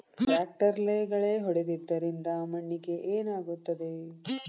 ಟ್ರಾಕ್ಟರ್ಲೆ ಗಳೆ ಹೊಡೆದಿದ್ದರಿಂದ ಮಣ್ಣಿಗೆ ಏನಾಗುತ್ತದೆ?